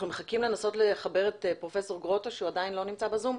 אנחנו מחכים לנסות לחבר את פרופ' גרוטו שהוא עדיין לא נמצא בזום.